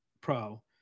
pro